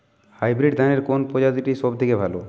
Hybrid ধানের কোন প্রজীতিটি সবথেকে ভালো?